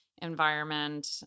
Environment